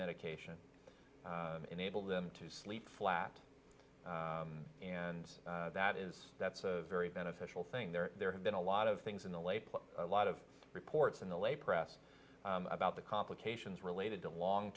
medication enable them to sleep flat and that is that's a very beneficial thing there there have been a lot of things in the late a lot of reports in the lay press about the complications related to long